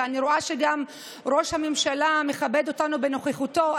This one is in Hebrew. ואני רואה שגם ראש הממשלה מכבד אותנו בנוכחותו.